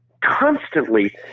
constantly